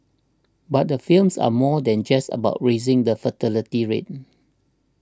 but the films are more than just about raising the fertility rate